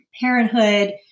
parenthood